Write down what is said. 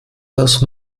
das